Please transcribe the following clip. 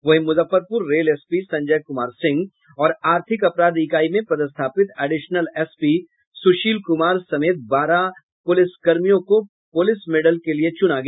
वहीं Muzaffarpur rail SP Sanjay Kumar Singh और आर्थिक अपराध इकाई में पदस्थापित एडिशनल एसपी सुशील कुमार समेत बारह पुलिस कर्मियों को पुलिस मेडल के लिये चुना गया